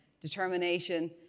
determination